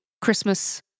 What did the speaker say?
Christmas